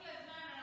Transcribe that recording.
תוסיף לה זמן,